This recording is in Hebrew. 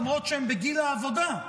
למרות שהם בגיל העבודה,